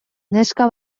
neska